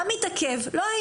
מה שמתעכב זה